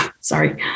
Sorry